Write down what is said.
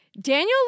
Daniel